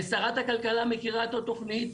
שרת הכלכלה מכירה את התוכנית,